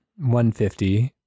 150